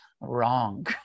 wrong